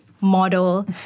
model